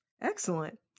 Excellent